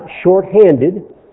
short-handed